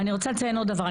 אני רוצה לציין עוד דבר,